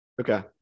Okay